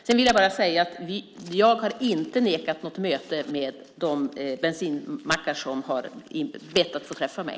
Jag vill också säga att jag inte har nekat något möte med de bensinmackar som bett att få träffa mig.